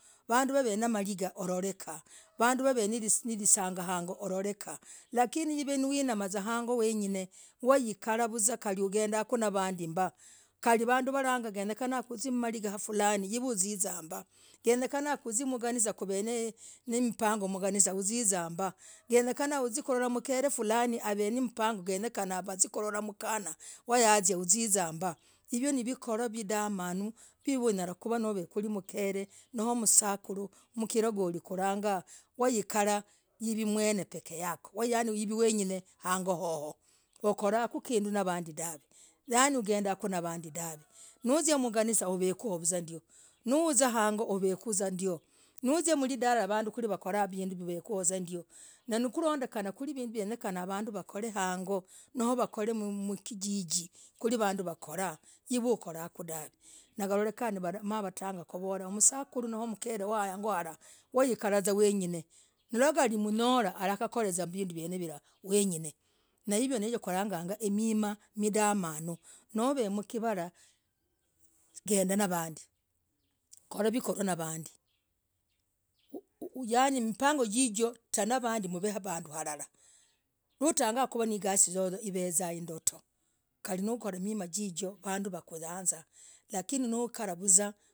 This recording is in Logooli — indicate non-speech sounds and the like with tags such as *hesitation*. Vanduu, navaveneh maringah urorekah lakini hiv *hesitation* wanamavuzaa hang'oo weng'in *hesitation* waikarahvuzaa ungenderahku vandii dah! Kandii vanduu wavarangaa uzie maringah uzizambah, ngenyekanangah uzie mganisa uzizambah! Ngenyekanah uzie kukorah mker *hesitation* fulaani havenii mpangoo yenyekena waziekulolah mkanah nazia uzizambah i've nikoravidamanuu piah iv *hesitation* unyalah kuvaa mkere no msakuru. mkirohgorili, no! Ikarah uvemwen *hesitation* pekeyako noo! Yani nivewengine hang'oo hohoo, ukorahku kinduu navandii dahv *hesitation* yani ikoraku kinduu navandii dahv *hesitation* no uzia mnganisah uvekuuvuzaa ndioo ku nuuzaa hang'oo uvekuuvuzaa ndioo no uzi mlidalah vanduu nawakorah ukorahku kinduu uvekuuvuzaa ndioo yenyekenah ku vinduu vanduu wakoreh wakorerah hang'oo no wakorerah mkijiji kwilivanduu wakorerah hiv *hesitation* ukorahku dahv *hesitation* nagalolekah na vatangah kuvullah msakuru noo mkere waaah hang'oo alah i've weng'in *hesitation* iv *hesitation* kalimnyolah alakorah vinduu izioo weng'in *hesitation* naiv *hesitation* noo kulagaga himimah midamaduu no veemkivalah gendanavadii kalivikoko navandii yani mpangoo jijoo bagaa navandii no tangaa higasii yoyoyo ivezah inditoo kali vanduu wakuyanzaaaku mbah lakini noo ukalahvuzaa.